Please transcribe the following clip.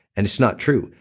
and it's not true.